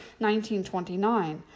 1929